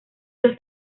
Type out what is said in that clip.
los